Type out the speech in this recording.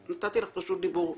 נתתי לך רשות דיבור,